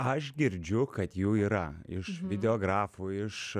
aš girdžiu kad jų yra iš videografų iš